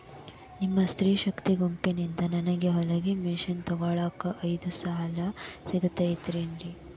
ನಿಮ್ಮ ಸ್ತ್ರೇ ಶಕ್ತಿ ಗುಂಪಿನಿಂದ ನನಗ ಹೊಲಗಿ ಮಷೇನ್ ತೊಗೋಳಾಕ್ ಐದು ಸಾಲ ಸಿಗತೈತೇನ್ರಿ?